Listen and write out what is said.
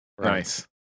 Nice